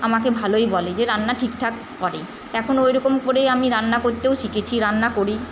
আমাকে ভালোই বলে যে রান্না ঠিকঠাক করে এখন ওই রকম করেই আমি রান্না করতেও শিখেছি রান্না করি